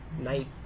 night